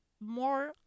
more